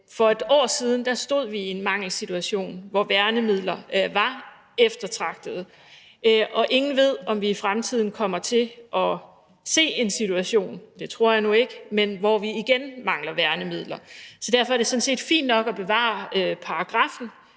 For et år siden stod vi i en mangelsituation, hvor værnemidler var eftertragtede, og ingen ved, om vi i fremtiden kommer til at opleve en situation – det tror jeg nu ikke – hvor vi igen mangler værnemidler, så derfor er det sådan set fint nok at bevare paragraffen,